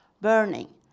burning